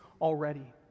already